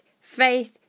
Faith